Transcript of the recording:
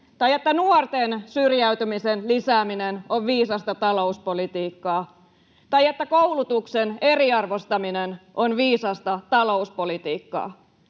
tai että nuorten syrjäytymisen lisääminen on viisasta talouspolitiikkaa tai että koulutuksen eriarvoistaminen on viisasta talouspolitiikkaa?